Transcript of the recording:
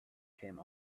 came